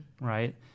right